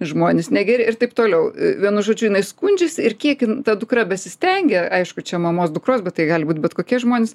žmonės negeri ir taip toliau vienu žodžiu jinai skundžiasi ir kiek jin ta dukra besistengia aišku čia mamos dukros bet tai gali būti bet kokie žmonės